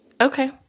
Okay